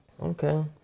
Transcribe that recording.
Okay